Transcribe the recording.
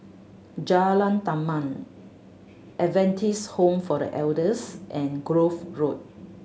Jalan Taman Adventist Home for The Elders and Grove Road